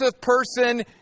person